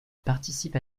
participe